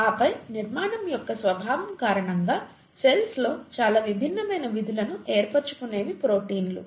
ఆపై నిర్మాణం యొక్క స్వభావం కారణంగా సెల్స్లో చాలా విభిన్నమైన విధులను ఏర్పరుచుకునేవి ప్రోటీన్లు